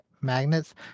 magnets